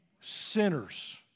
sinners